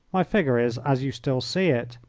my figure is as you still see it,